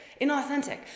inauthentic